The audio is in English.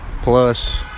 Plus